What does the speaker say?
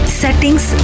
settings